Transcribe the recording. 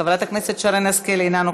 חבר הכנסת יוסי יונה,